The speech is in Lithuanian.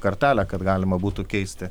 kartelę kad galima būtų keisti